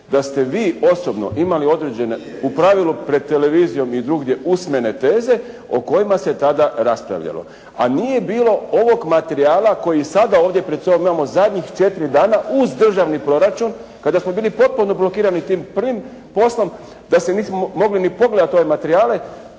da ste vi osobno imali određene, u pravilu pred televizijom i drugdje usmene teze o kojima se tada raspravljalo. A nije bilo ovog materijala koji sada ovdje pred sobom imamo zadnjih 4 dana uz državni proračun kada smo bili potpuno blokirani tim prvim poslom da se nismo mogli ni pogledati ove materijale.